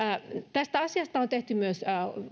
tästä asiasta on tehty myös